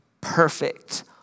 perfect